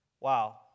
Wow